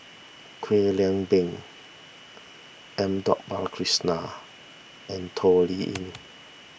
Kwek Leng Beng M Dot Balakrishnan and Toh Liying